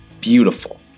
beautiful